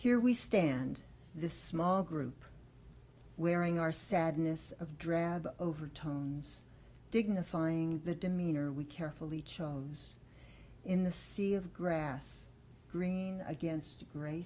here we stand this small group wearing our sadness of drab overtones dignifying the demeanor we carefully chose in the sea of grass green against gr